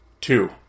two